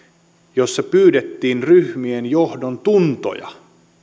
jossa pyydettiin ryhmien johdon tuntoja